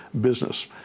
business